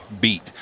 beat